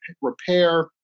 repair